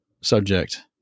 subject